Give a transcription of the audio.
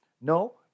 No